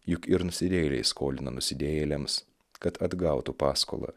juk ir nusidėjėliai skolina nusidėjėliams kad atgautų paskolą